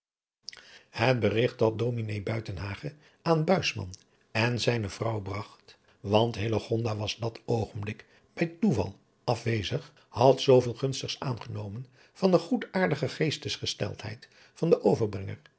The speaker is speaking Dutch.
het berigt dat ds buitenhagen aan buisman en zijne vrouw bragt want hillegonda was dat oogenblik bij toeval afwezig had zooveel gunstigs aangenomen van de goedaardige geestgesteltenis van den overbrenger